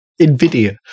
NVIDIA